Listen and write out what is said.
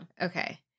Okay